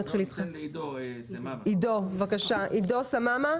עידו סממה,